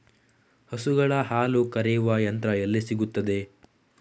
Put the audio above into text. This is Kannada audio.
ಹಸುಗಳ ಹಾಲು ಕರೆಯುವ ಯಂತ್ರ ಎಲ್ಲಿ ಸಿಗುತ್ತದೆ?